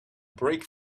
brake